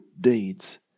deeds